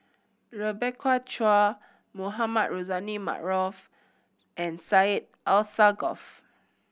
Rebecca Chua Mohamed Rozani Maarof and Syed Alsagoff